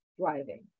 driving